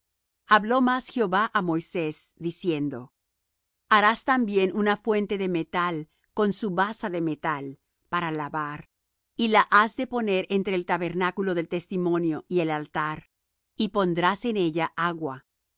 habló más jehová á moisés diciendo harás también una fuente de metal con su basa de metal para lavar y la has de poner entre el tabernáculo del testimonio y el altar y pondrás en ella agua